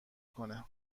کنه